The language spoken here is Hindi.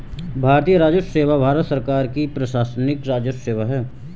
भारतीय राजस्व सेवा भारत सरकार की प्रशासनिक राजस्व सेवा है